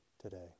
today